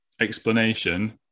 explanation